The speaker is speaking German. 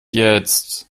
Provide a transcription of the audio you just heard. jetzt